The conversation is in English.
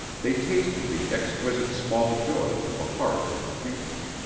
they tasted the exquisite small joys of the hearth of the future.